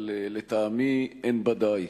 אבל לטעמי אין בה די.